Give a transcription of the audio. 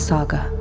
Saga